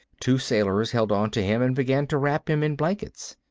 two sailors held onto him and began to wrap him in blankets.